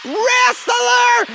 wrestler